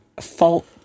fault